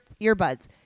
earbuds